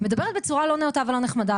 מדברת בצורה לא נאותה ולא נחמדה,